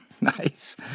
Nice